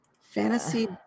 fantasy